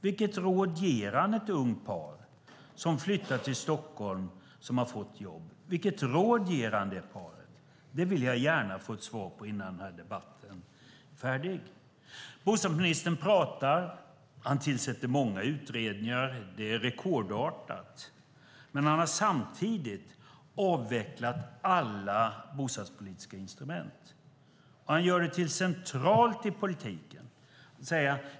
Vilket råd ger han ett ungt par som har fått jobb och som flyttar till Stockholm? Vilket råd ger han det paret? Det vill jag gärna få ett svar på innan den här debatten är färdig. Bostadsministern pratar. Han tillsätter många utredningar. Det är rekordartat. Men han har samtidigt avvecklat alla bostadspolitiska instrument. Han gör det till något centralt i politiken.